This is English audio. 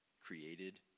created